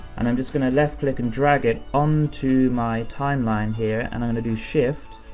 and i'm just gonna left click and drag it, on to my timeline here, and i'm gonna do shift,